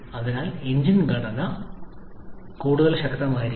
അതിനാൽ എഞ്ചിൻ ഘടന കൂടുതൽ ശക്തമായിരിക്കണം